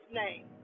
name